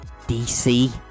DC